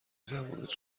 زبونت